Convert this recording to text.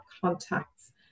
contacts